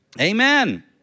Amen